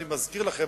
אני מזכיר לכם,